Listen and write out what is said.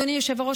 אדוני היושב-ראש,